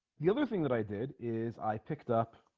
the other thing that i did is i picked up